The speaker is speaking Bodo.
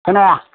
खोनाया